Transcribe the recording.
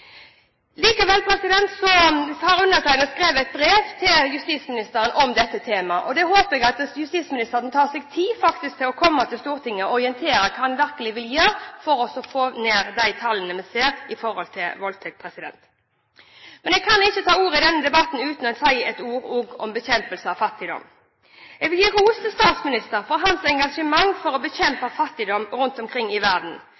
har skrevet et brev til justisministeren om dette temaet. Jeg håper at justisministeren tar seg tid til å komme til Stortinget for å orientere om hva han virkelig vil gjøre for å få ned tallene på voldtekter. Jeg kan ikke ta ordet i denne debatten uten å si noen ord om bekjempelse av fattigdom. Jeg vil gi ros til statsministeren for hans engasjement for å bekjempe fattigdom rundt omkring i verden.